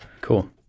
Cool